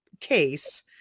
Case